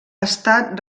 estat